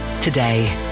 today